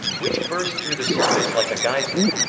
which burst through the surface like a geyser.